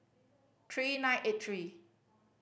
three nine eight three